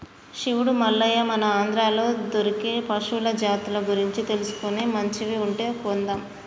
శివుడు మల్లయ్య మన ఆంధ్రాలో దొరికే పశువుల జాతుల గురించి తెలుసుకొని మంచివి ఉంటే కొందాం